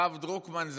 הרב דרוקמן,